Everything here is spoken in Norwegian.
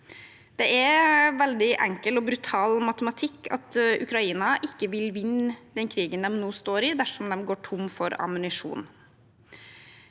veldig enkel og brutal matematikk at Ukraina ikke vil vinne krigen de nå står i, dersom de går tom for ammunisjon.